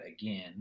again